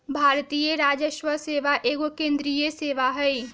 भारतीय राजस्व सेवा एगो केंद्रीय सेवा हइ